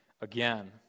again